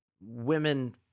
women